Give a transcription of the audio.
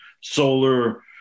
solar